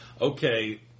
Okay